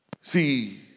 See